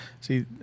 see